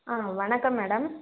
ஆ வணக்கம் மேடம்